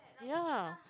ya